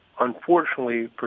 unfortunately